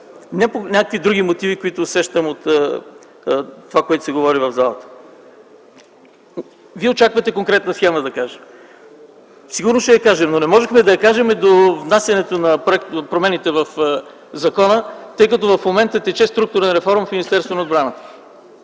не поради някакви други мотиви, които усещам от това, което се говори в залата. Вие очаквате да кажа конкретна схема. Сигурно ще я кажа, но не можехме да я кажем до внасянето на промените в закона, тъй като в момента тече структурна реформа в Министерството на отбраната.